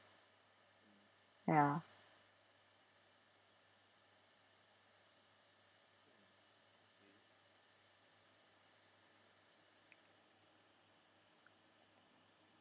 ya